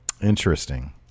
Interesting